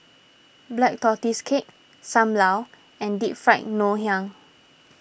Black Tortoise Cake Sam Lau and Deep Fried Ngoh Hiang